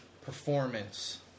performance